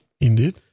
Indeed